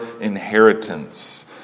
inheritance